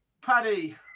Paddy